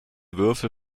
würfel